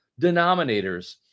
denominators